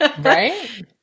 right